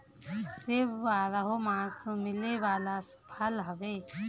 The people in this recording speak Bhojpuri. सेब बारहोमास मिले वाला फल हवे